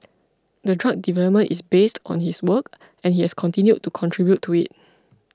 the drug development is based on his work and he has continued to contribute to it